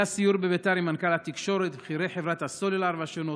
היה סיור בביתר עם מנכ"ל משרד התקשורת ובכירי חברות הסלולר השונות.